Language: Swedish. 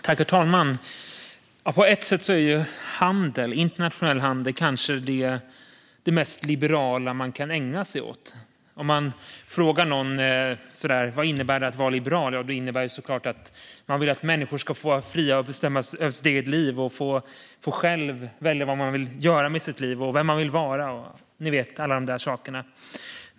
Herr talman! På ett sätt är internationell handel kanske det mest liberala man kan ägna sig åt. Om man frågar någon vad det innebär att vara liberal blir svaret såklart att människor ska få vara fria och bestämma över sitt eget liv. Man ska själv få välja vad man vill göra med sitt liv och vem man vill vara - ni vet, alla de där sakerna.